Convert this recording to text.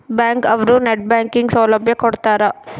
bank ಅವ್ರು net banking ಸೌಲಭ್ಯ ಕೊಡ್ತಾರ